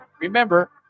Remember